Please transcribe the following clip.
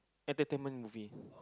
entertainment movie